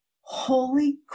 holy